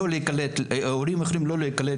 הורים יכולים לא להיקלט